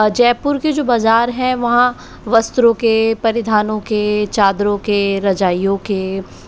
जयपुर के जो बाज़ार हैं वहाँ वस्त्रों के परिधानों के चादरों के रजाइयों के